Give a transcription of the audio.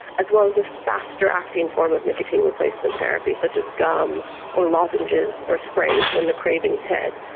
as well as a faster acting form of nicotine replacement therapy such as gum or lozenges or sprays when the cravings hit,